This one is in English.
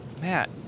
Matt